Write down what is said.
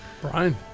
Brian